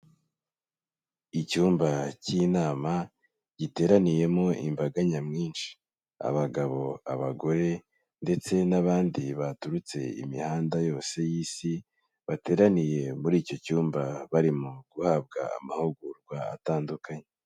Icyumba k'inama, giteraniyemo imbaga nyamwinshi, abagabo, abagore ndetse n'abandi baturutse imihanda yose y'Isi, bateraniye muri icyo cyumba, barimo guhabwa amahugurwa atandukanye.